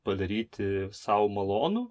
padaryti sau malonų